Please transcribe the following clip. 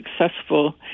successful